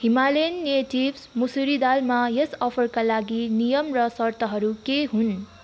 Himalayan natives Mussoorie दालमा यस अफरका लागि नियम र सर्तहरू के हुन्